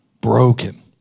broken